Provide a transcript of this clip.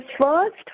first